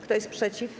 Kto jest przeciw?